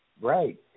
Right